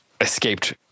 escaped